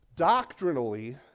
Doctrinally